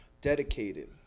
Dedicated